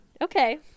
Okay